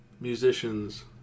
musicians